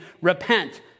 repent